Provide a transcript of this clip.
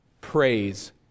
Praise